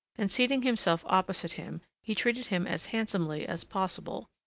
and, seating himself opposite him, he treated him as handsomely as possible,